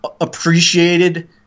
appreciated